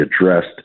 addressed